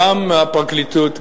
גם הפרקליטות,